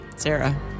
Sarah